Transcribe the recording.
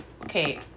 okay